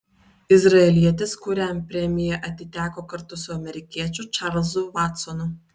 izraelietis kuriam premija atiteko kartu su amerikiečiu čarlzu vatsonu